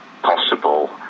possible